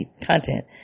content